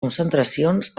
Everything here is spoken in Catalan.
concentracions